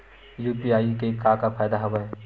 UPI के का फ़ायदा हवय?